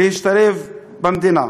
להשתלב במדינה.